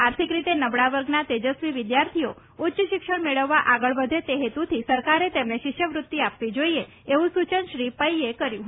આર્થિક રીતે નબળા વર્ગના તેજસ્વી વિદ્યાર્થીઓ ઉચ્ય શિક્ષણ મેળવવા આગળ વધે તે હેતુથી સરકારે તેમને શિષ્યવૃત્તિ આપવી જાઇએ એવું સૂચન શ્રી પૈ એ કર્યું હતું